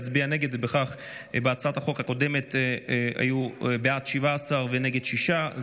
ובכך בהצעת החוק הקודמת היו 17 בעד ושישה נגד.